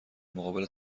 مقابل